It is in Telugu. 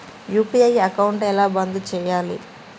యూ.పీ.ఐ అకౌంట్ ఎలా బంద్ చేయాలి?